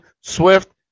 Swift